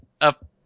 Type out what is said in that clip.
up